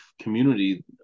community